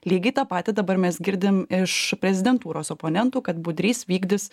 lygiai tą patį dabar mes girdim iš prezidentūros oponentų kad budrys vykdys